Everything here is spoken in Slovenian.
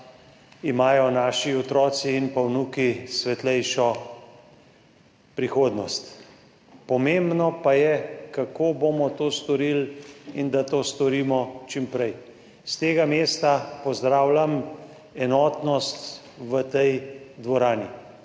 imajo naši otroci in vnuki svetlejšo prihodnost. Pomembno pa je, kako bomo to storili in da to storimo čim prej. S tega mesta pozdravljam enotnost v tej dvorani.